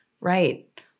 Right